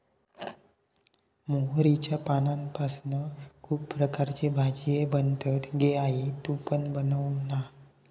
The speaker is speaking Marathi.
मोहरीच्या पानांपासना खुप प्रकारचे भाजीये बनतत गे आई तु पण बनवना